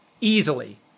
easily